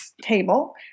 table